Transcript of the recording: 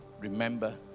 remember